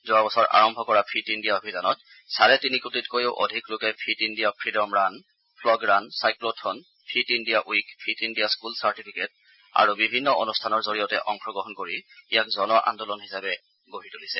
যোৱাবছৰ আৰম্ভ কৰা ফিট ইণ্ডিয়া অভিযানত চাৰে তিনি কোটিতকৈও অধিক লোকে fit India freedom run plog run cyclothon fit India week fit India school certificate আৰু বিভিন্ন অনুষ্ঠানৰ জৰিয়তে অংশগ্ৰহণ কৰি ইয়াক জন আন্দোলন হিচাপে গঢ়ি তুলিছে